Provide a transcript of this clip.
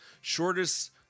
shortest